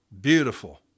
Beautiful